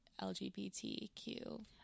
LGBTQ